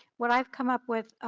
what i've come up with,